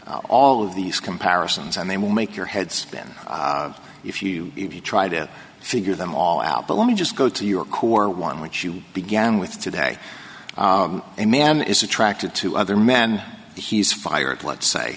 all of these comparisons and they will make your head spin if you if you try to figure them all out but let me just go to your core one which you began with today a man is attracted to other men he's fired let's say